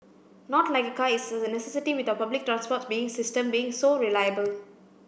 not like a car is a necessity with our public transports being system being so reliable